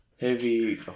heavy